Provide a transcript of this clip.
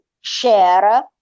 share